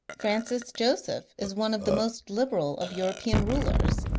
francis joseph is one of the most liberal of european rulers.